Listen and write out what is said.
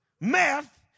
meth